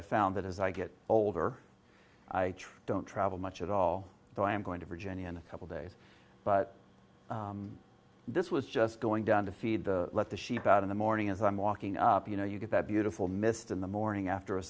i found that as i get older i don't travel much at all so i am going to virginia in a couple days but this was just going down to feed the let the sheep out in the morning as i'm walking up you know you get that beautiful mist in the morning after